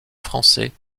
français